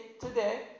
today